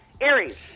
Aries